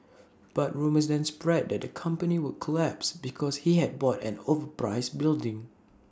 but rumours then spread that the company would collapse because he had bought an overpriced building